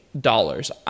dollars